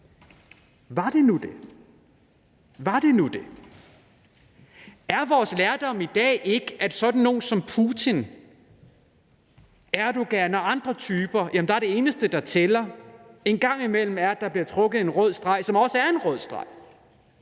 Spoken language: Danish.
konfrontation. Var det nu det? Er vores lærdom i dag ikke, at i forhold til sådan nogle som Putin, Erdogan og andre typer er det eneste, der tæller, at der engang imellem bliver trukket en rød streg, som også er en rød streg,